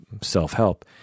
self-help